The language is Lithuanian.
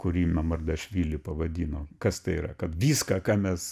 kurį mamardašvili pavadino kas tai yra kad viską ką mes